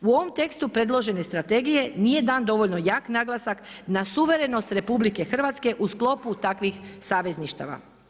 U ovom tekstu predložene strategije nije dan dovoljno jak naglasak na suverenost RH u sklopu takvih savezništava.